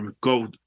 go